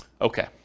Okay